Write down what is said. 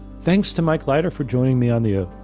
thanks to mike leiter for joining me on the oath.